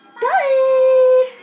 Bye